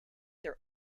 their